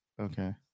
Okay